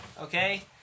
Okay